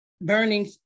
burning